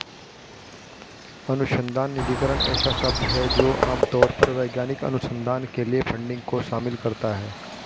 अनुसंधान निधिकरण ऐसा शब्द है जो आम तौर पर वैज्ञानिक अनुसंधान के लिए फंडिंग को शामिल करता है